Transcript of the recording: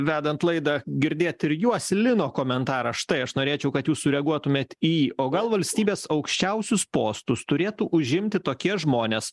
vedant laidą girdėt ir juos lino komentaras štai aš norėčiau kad jūs sureaguotumėt į o gal valstybės aukščiausius postus turėtų užimti tokie žmonės